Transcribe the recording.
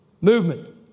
Movement